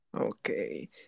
okay